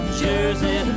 jersey